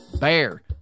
BEAR